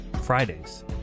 Fridays